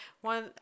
one